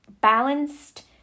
balanced